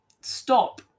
Stop